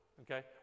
Okay